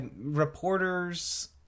Reporters